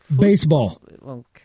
Baseball